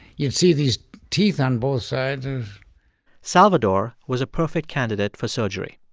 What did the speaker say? you'd see these teeth on both sides salvador was a perfect candidate for surgery.